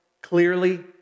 clearly